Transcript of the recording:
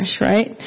right